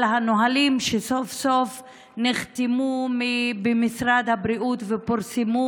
הנהלים שסוף-סוף נחתמו במשרד הבריאות ופורסמו,